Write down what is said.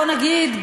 בוא נגיד,